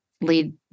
lead